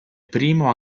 primo